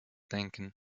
denken